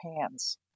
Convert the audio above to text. hands